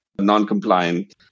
non-compliant